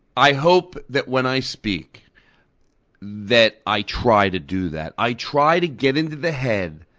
i hope that when i speak that i try to do that. i try to get into the head.